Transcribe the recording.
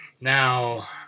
now